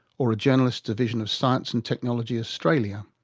or a journalists division of science and technology australia.